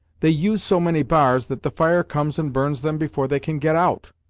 they use so many bars that the fire comes and burns them before they can get out.